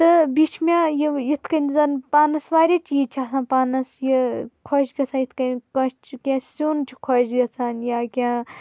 تہٕ بیٚیہِ چھِ مےٚ یو یِتھ کَنۍ زَن پانَس واریاہ چیٖز چھِ آسان پانَس یہِ خۄش گژھان یِتھ کَنۍ کٲنٛسہِ چھِ کیٚنٛہہ سیُن چھِ خۄش گژھان یا کیٚنٛہہ